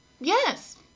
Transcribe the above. Yes